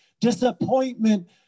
Disappointment